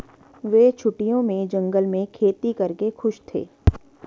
वे छुट्टियों में जंगल में खेती करके खुश थे